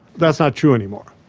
that's not true any more.